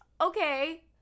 Okay